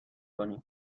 کنی